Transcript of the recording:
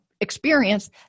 experience